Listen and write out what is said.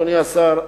אדוני השר,